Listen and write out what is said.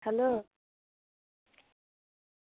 hello